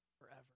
forever